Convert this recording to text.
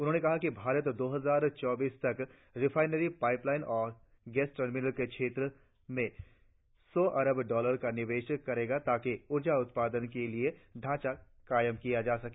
उन्होंने कहा कि भारत दो हजार चौबीस तक रिफाइनरी फाइपलाइन गैस टर्मिनलों के क्षेत्र में सौ अरब डॉलर का निवेश करेगा ताकि ऊर्जा उत्पादन के लिए ढांचा कायम किया जा सके